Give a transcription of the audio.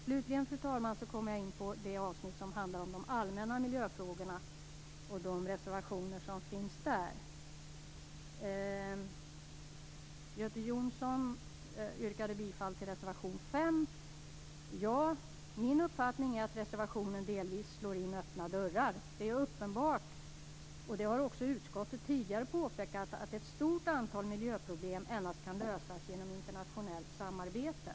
Slutligen, fru talman, kommer jag in på det avsnitt som handlar om de allmänna miljöfrågorna och de reservationer som finns i det sammanhanget. Göte Jonsson yrkade bifall till reservation 5. Min uppfattning är att man i den reservationen delvis slår in öppna dörrar. Det är uppenbart, vilket utskottet tidigare har påpekat, att ett stort antal miljöproblem endast kan lösas genom internationellt samarbete.